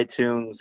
iTunes